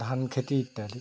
ধান খেতি ইত্যাদি